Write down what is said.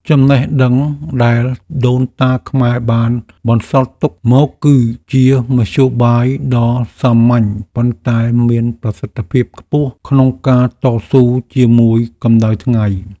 ចំណេះដឹងដែលដូនតាខ្មែរបានបន្សល់ទុកមកគឺជាមធ្យោបាយដ៏សាមញ្ញប៉ុន្តែមានប្រសិទ្ធភាពខ្ពស់ក្នុងការតស៊ូជាមួយកម្តៅថ្ងៃ។